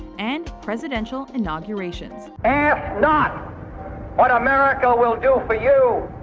and presidential inaugurations. ask not what america will do for you,